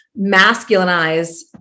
masculinize